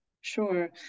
Sure